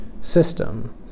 system